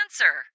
Cancer